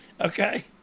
okay